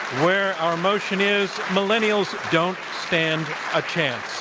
where our motion is millennials don't stand a chance.